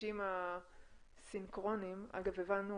המפגשים הסינכרוניים, אגב, הבנו